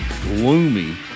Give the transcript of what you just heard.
gloomy